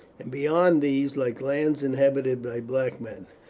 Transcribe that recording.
and beyond these like lands inhabited by black men.